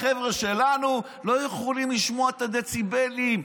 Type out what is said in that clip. החבר'ה שלנו לא יכולים לשמוע את הדציבלים.